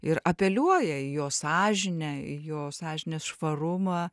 ir apeliuoja į jo sąžinę į jo sąžinės švarumą